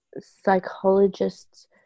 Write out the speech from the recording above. psychologists